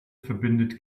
verbindet